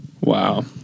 wow